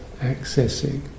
accessing